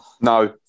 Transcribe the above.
No